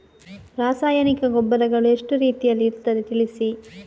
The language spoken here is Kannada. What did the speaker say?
ರಾಸಾಯನಿಕ ಗೊಬ್ಬರಗಳು ಎಷ್ಟು ರೀತಿಯಲ್ಲಿ ಇರ್ತದೆ ತಿಳಿಸಿ?